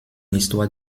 histoire